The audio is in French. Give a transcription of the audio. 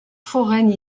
foraine